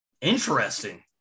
Interesting